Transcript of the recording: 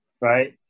right